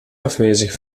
afwezig